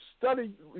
study